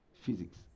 physics